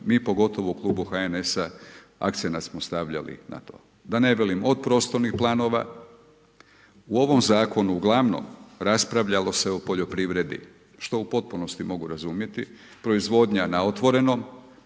mi pogotovo u Klubu HNS-a akcenat smo stavljali na to. Da ne velim od prostornih planova, u ovom zakonu, ugl. raspravljalo se o poljoprivredi, što u potpunosti mogu razumjeti, proizvodnja na otvorenom,